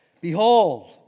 Behold